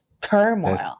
turmoil